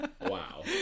Wow